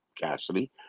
Cassidy